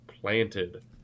planted